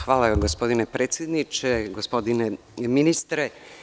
Hvala gospodine predsedniče, gospodine ministre.